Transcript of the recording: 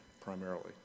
primarily